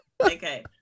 Okay